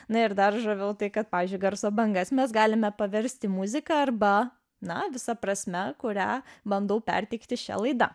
na ir daržo veltui kad pavyzdžiui garso bangas mes galime paversti muzika arba na visa prasme kurią bandau perteikti šia laida